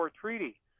treaty